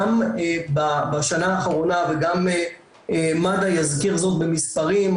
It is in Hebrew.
גם בשנה האחרונה וגם מד"א יזכיר זאת במספרים,